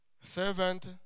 Servant